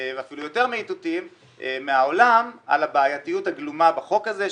ואפילו יותר מאיתותים מהעולם על הבעייתיות הגלומה בחוק הזה,